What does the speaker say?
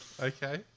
Okay